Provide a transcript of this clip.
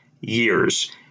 years